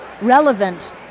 relevant